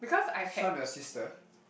this one your sister